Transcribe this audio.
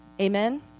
Amen